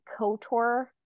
KOTOR